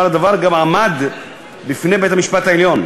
אבל הדבר גם עמד לפני בית-המשפט העליון,